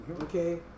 Okay